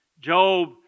Job